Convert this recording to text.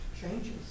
changes